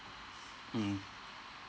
mm